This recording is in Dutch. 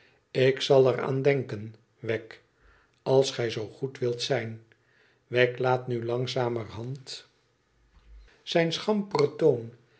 ik zal er aan denken wegg als gij zoo goed wilt zijn wegg laat nu langzamerhand zijn